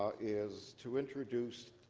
is to introduce